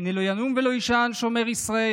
הנה לא ינום ולא יישן שומר ישראל.